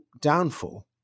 downfall